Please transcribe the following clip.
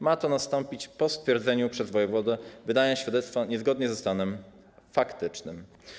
Ma to nastąpić po stwierdzeniu przez wojewodę wydania świadectwa niezgodnie ze stanem faktycznym.